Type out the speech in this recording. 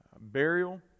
burial